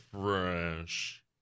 fresh